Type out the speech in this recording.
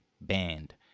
band